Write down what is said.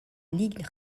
ligue